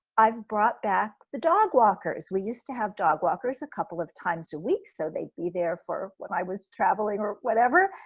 i've brought back the dog walkers. we used to have dog walkers a couple of times a week so they be there for when i was traveling or whatever,